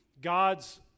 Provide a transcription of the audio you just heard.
God's